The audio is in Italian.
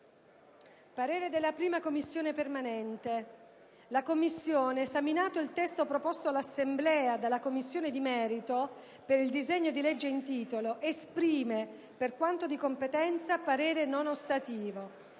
«La 1a Commissione permanente, esaminato il testo proposto all'Assemblea della Commissione di merito per il disegno di legge in titolo, esprime, per quanto di competenza, parere non ostativo.